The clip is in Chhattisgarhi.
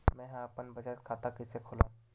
मेंहा अपन बचत खाता कइसे खोलव?